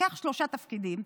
קח שלושה תפקידים,